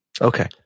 Okay